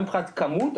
גם מבחינת כמות,